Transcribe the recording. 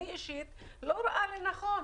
אני אישית לא רואה לנכון,